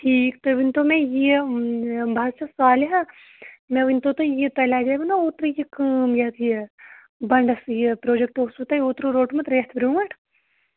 ٹھیٖک تُہۍ ؤنۍ تَو مےٚ یہِ بہٕ حظ چھَس سالہِ ہا مےٚ ؤنۍ تو تُہۍ یہِ تۄہہِ لگیو نا اوترٕ یہِ کٲم یَتھ یہِ بَنڈَس یہِ پرٛوجَکٹ اوسوٕ تۄہہِ اوترٕ روٚٹمُت رٮ۪تھ برونٛٹھ